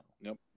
Nope